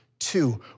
Two